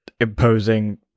imposing